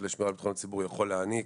לשמירה על ביטחון הציבור יכול להעניק.